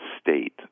state